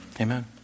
Amen